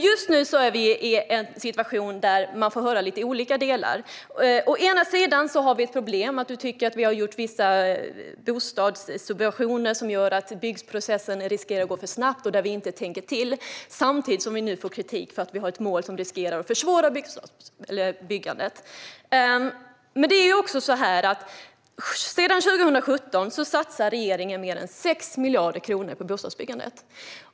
Just nu är vi i en situation där vi får höra lite olika kritik: å ena sidan att vi har infört bostadssubventioner som gör att byggprocessen går för snabbt och är ogenomtänkt, å andra sidan att vi har mål som riskerar att försvåra byggandet. Sedan 2017 har regeringen satsat mer än 6 miljarder kronor på bostadsbyggandet.